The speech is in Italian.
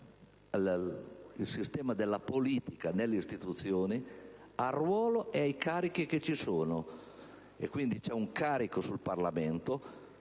il sistema della politica nelle istituzioni al ruolo e ai carichi che ci sono. C'è un carico sul Parlamento,